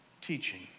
Teaching